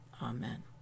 Amen